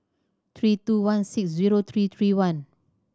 three two one six zero three three one